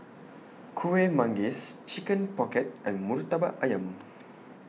Kueh Manggis Chicken Pocket and Murtabak Ayam